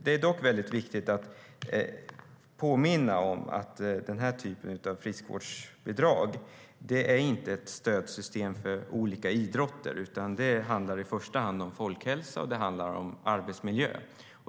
Det är dock viktigt att påminna om att den typen av friskvårdsbidrag inte är ett stödsystem för olika idrotter, utan det handlar i första hand om folkhälsa och om arbetsmiljö.